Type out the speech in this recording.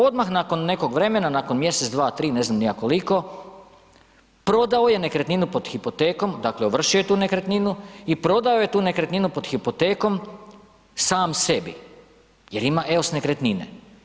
Odmah nakon nekog vremena, nakon mjesec, dva, tri, ne znam ni ja koliko, prodao je nekretninu pod hipotekom, dakle ovršio je tu nekretninu i prodao je tu nekretninu pod hipotekom sam sebi jer ima EOS nekretnine.